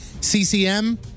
CCM